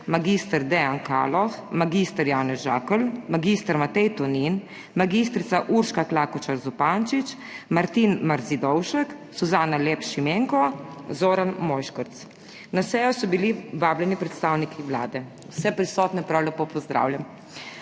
mag. Dejan Kaloh, mag. Janez Žakelj, mag. Matej Tonin, mag. Urška Klakočar Zupančič, Martin Marzidovšek, Suzana Lep Šimenko, Zoran Mojškrc. Na sejo so bili vabljeni predstavniki Vlade. Vse prisotne prav lepo pozdravljam.